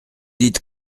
dites